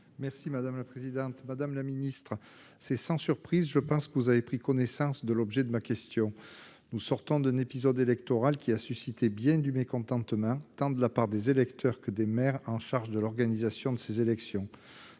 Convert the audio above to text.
Madame la ministre, je pense que c'est sans surprise que vous avez pris connaissance de l'objet de ma question. Nous sortons d'un épisode électoral qui a suscité bien du mécontentement, tant de la part des électeurs que des maires en charge de l'organisation de ces élections.